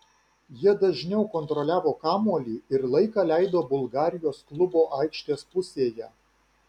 jie dažniau kontroliavo kamuolį ir laiką leido bulgarijos klubo aikštės pusėje